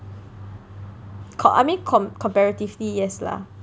co~ I mean com~ comparatively yes lah